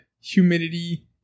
humidity